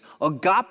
Agape